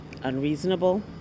unreasonable